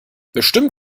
bestimmt